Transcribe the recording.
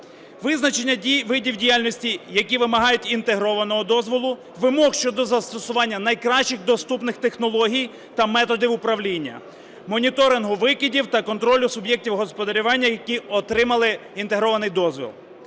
визначення видів діяльності, які вимагають інтегрованого дозволу, вимог щодо застосування найкращих доступних технологій та методів управління, моніторингу викидів та контролю суб'єктів господарювання, які отримали інтегрований дозвіл.